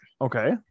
Okay